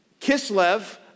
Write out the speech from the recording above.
Kislev